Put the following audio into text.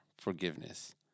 forgiveness